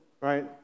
right